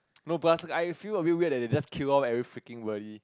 but plus I feel a bit weird that they just kill off every freaking body